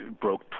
broke